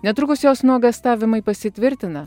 netrukus jos nuogąstavimai pasitvirtina